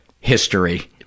history